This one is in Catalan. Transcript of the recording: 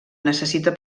necessita